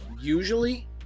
Usually